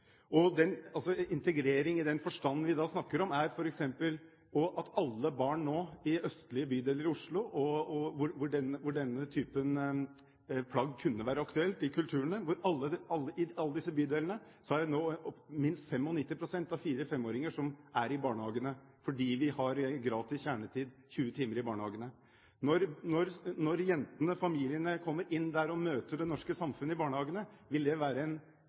i den forstand vi da snakker om, er f.eks. at av alle barn i østlige bydeler i Oslo, i de kulturene hvor denne typen plagg kunne være aktuelt – i alle disse bydelene – er det nå minst 95 pst. av 4–5-åringene som er i barnehage, fordi vi har 20 timer gratis kjernetid i barnehagene. Det at jentene og familiene kommer inn der og møter det norske samfunnet i barnehagene, vil være veldig avgjørende for å forebygge at denne typen fenomener skal bre seg i Norge. Det samme gjelder en